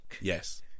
Yes